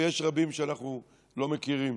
ויש רבים שאנחנו לא מכירים,